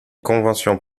conventions